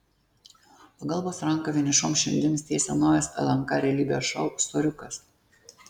pagalbos ranką vienišoms širdims tiesia naujas lnk realybės šou soriukas